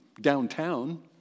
downtown